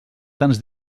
tants